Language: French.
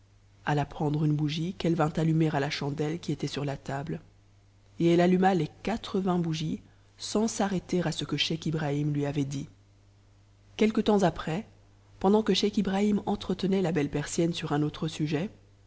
alla prendre une bougie qu'elle vint allumer à la chandelle qui était sur la table et elle alluma les quatre-vingts bougies sans s'arrêter à ce que scheich ibrahim lui avait dit quelque temps après pendant que scheich ibrahim entretenait la belle persienne sur un autre sujet